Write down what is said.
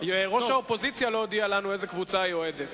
מריבית או ממדד כזה או אחר במשק,